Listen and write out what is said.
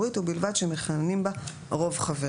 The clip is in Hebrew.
ובלבד שמכהנים בה רוב חבריה.